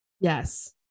Yes